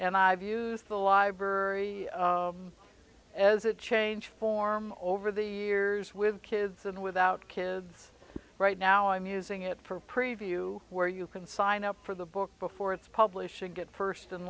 and i've used the library as a change form over the years with kids and without kids right now i'm using it for preview where you can sign up for the book before it's publishing get first in